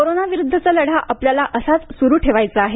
कोरोनाविरुद्धचा लढा आपल्याला असाच सुरू ठेवायचा आहे